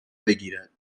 بگیرد